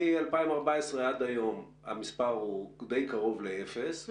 מ-2014 ועד היום המספר הוא די קרוב לאפס,